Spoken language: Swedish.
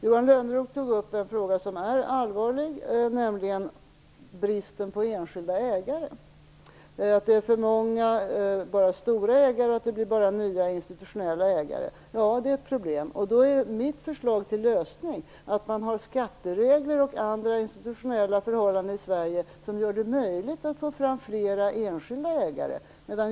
Johan Lönnroth tog upp en fråga som är allvarlig, nämligen bristen på enskilda ägare. Det finns för många stora ägare och det blir bara nya institutionella ägare. Det är ett problem. Mitt förslag till lösning är att man skall ha skatteregler och andra institutionella förhållanden i Sverige som gör det möjligt att få fram fler enskilda ägare.